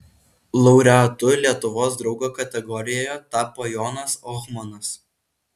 laureatu lietuvos draugo kategorijoje tapo jonas ohmanas